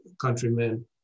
countrymen